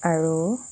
আৰু